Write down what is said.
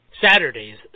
Saturdays